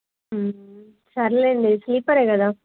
సర్లేండి స్లీపరే కదా